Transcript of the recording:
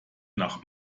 nach